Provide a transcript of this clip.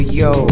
yo